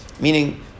meaning